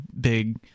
big